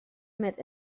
met